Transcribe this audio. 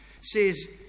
says